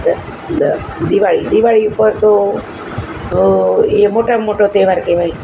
દિવાળી દિવાળી ઉપર તો એ મોટામાં મોટો તહેવાર કહેવાય